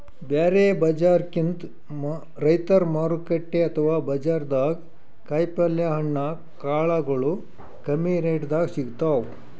ಬ್ಯಾರೆ ಬಜಾರ್ಕಿಂತ್ ರೈತರ್ ಮಾರುಕಟ್ಟೆ ಅಥವಾ ಬಜಾರ್ದಾಗ ಕಾಯಿಪಲ್ಯ ಹಣ್ಣ ಕಾಳಗೊಳು ಕಮ್ಮಿ ರೆಟೆದಾಗ್ ಸಿಗ್ತಾವ್